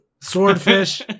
swordfish